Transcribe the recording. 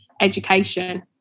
education